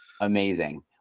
Amazing